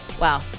Wow